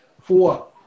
Four